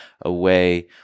away